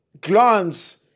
glance